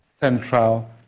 central